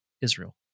Israel